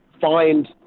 find